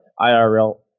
IRL